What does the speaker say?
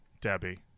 Debbie